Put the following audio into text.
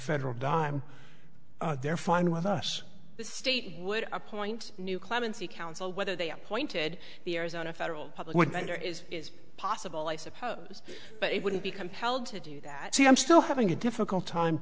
federal dime they're fine with us the state would appoint a new clemency council whether they appointed the arizona federal public defender is is possible i suppose but it wouldn't be compelled to do that see i'm still having a difficult time